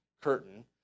curtain